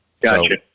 Gotcha